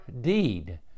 deed